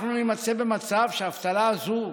אנחנו נימצא במצב שהאבטלה הזאת,